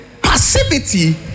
Passivity